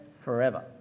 forever